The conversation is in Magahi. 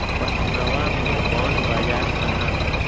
पटनवा में बॉण्ड बाजार कहाँ हई?